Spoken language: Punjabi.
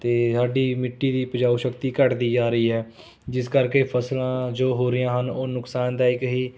ਅਤੇ ਸਾਡੀ ਮਿੱਟੀ ਦੀ ਉਪਜਾਊ ਸ਼ਕਤੀ ਘੱਟਦੀ ਜਾ ਰਹੀ ਹੈ ਜਿਸ ਕਰਕੇ ਫਸਲਾਂ ਜੋ ਹੋ ਰਹੀਆਂ ਹਨ ਉਹ ਨੁਕਸਾਨਦਾਇਕ ਹੀ